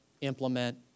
implement